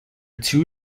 two